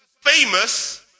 famous